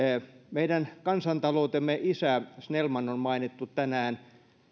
meidän kansantaloutemme isä snellman on mainittu tänään